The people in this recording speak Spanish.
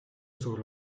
sobre